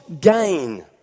gain